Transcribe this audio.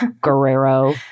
Guerrero